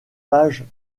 page